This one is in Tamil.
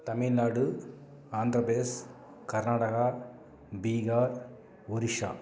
தமிழ்நாடு ஆந்திரப்பிரதேஷ் கர்நாடகா பீகார் ஒரிஸா